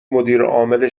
مدیرعامل